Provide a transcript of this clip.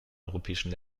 europäischen